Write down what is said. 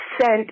sent